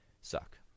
Suck